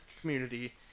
community